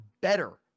better